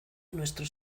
nuestro